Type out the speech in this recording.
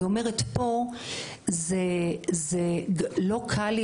זה לא קל לי,